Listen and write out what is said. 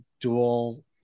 dual